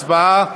הצבעה.